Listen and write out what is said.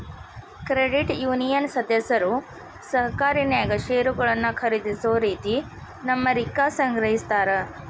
credit union ಸದಸ್ಯರು ಸಹಕಾರಿನ್ಯಾಗ್ ಷೇರುಗಳನ್ನ ಖರೇದಿಸೊ ರೇತಿ ತಮ್ಮ ರಿಕ್ಕಾ ಸಂಗ್ರಹಿಸ್ತಾರ್